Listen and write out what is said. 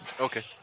Okay